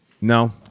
No